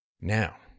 Now